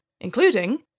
including